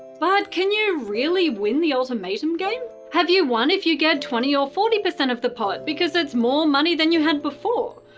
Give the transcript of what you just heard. but, can you really win the ultimatum game? have you won if you get twenty percent or forty percent of the pot, because it's more money than you had before?